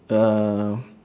uh